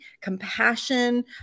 compassion